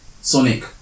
sonic